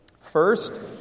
first